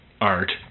art